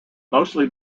mostly